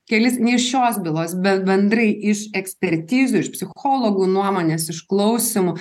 kelis ne iš šios bylos bet bendrai iš ekspertizių iš psichologų nuomonės iš klausymų